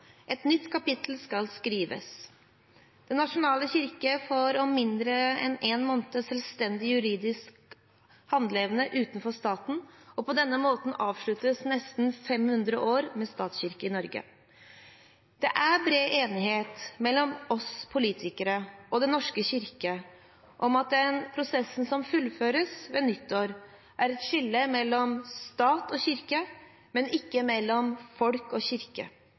Et nytt kapittel skal skrives. Den nasjonale kirke får om mindre enn én måned selvstendig juridisk handleevne utenfor staten, og på denne måten avsluttes nesten 500 år med statskirke i Norge. Det er bred enighet mellom oss politikere og Den norske kirke om at den prosessen som fullføres ved nyttår, er et skille mellom stat og kirke, men ikke mellom folk og kirke.